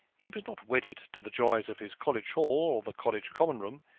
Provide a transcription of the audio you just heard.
he was not wedded to the joys of his college hall, or the college common room.